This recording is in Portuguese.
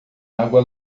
água